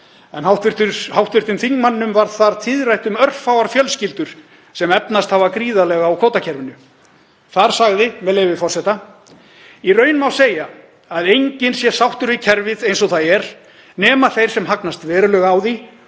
en hv. þingmanninum varð þar tíðrætt um örfáar fjölskyldur sem efnast hafa gríðarlega á kvótakerfinu. Þar sagði, með leyfi forseta: „Í raun má segja að enginn sé sáttur við kerfið eins og það er nema þeir sem hagnast verulega á því